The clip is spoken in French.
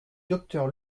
docteur